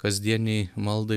kasdienei maldai